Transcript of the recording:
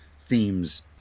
themes